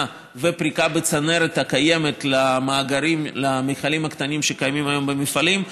ופריקה בצנרת הקיימת למכלים הקטנים שקיימים היום במפעלים,